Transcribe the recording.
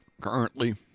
currently